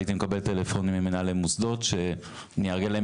הייתי מקבל טלפונים ממנהלי מוסדות שאני אארגן להם